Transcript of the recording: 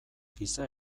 giza